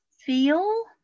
feel